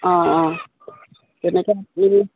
অঁ অঁ তেনেকৈ শুনিলে